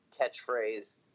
catchphrase